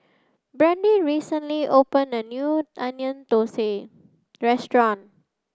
Brandy recently opened a new Onion Thosai Restaurant